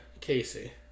Casey